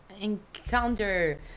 encounter